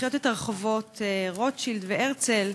תודה רבה, אדוני היושב-ראש, כבוד השר,